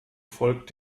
folgt